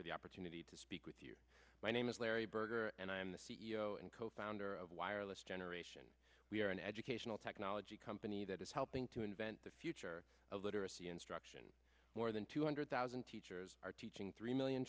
for the opportunity to speak with you my name is larry berger and i'm the c e o and co founder of wireless generation we are an educational technology company that is helping to invent the future of literacy instruction more than two hundred thousand teachers are teaching three million